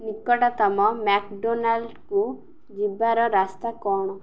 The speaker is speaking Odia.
ନିକଟତମ ମ୍ୟାକ୍ ଡ଼ୋନାଲ୍ଡକୁ ଯିବାର ରାସ୍ତା କ'ଣ